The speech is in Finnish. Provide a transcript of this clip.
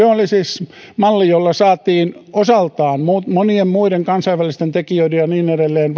oli siis malli jolla saatiin osaltaan yhdessä monien muiden kansainvälisten tekijöiden ja niin edelleen